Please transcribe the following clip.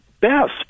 best